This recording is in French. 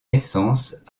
naissance